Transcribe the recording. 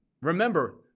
remember